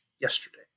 yesterday